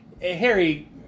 Harry